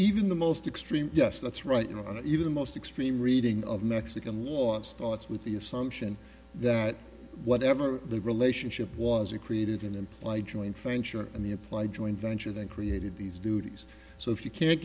even the most extreme yes that's right you know even the most extreme reading of mexican war starts with the assumption that whatever the relationship was it created an implied joint venture in the applied joint venture that created these duties so if you can't